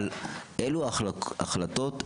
אבל אלו החלטות רגולטיביות,